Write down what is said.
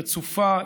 רצופה,